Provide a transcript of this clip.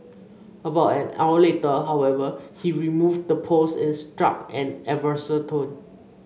about an hour later however he removed the post and struck an adversarial tone